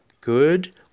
good